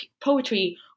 poetry